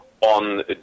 on